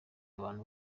abantu